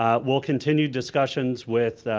ah we'll continue discussions with,